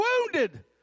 wounded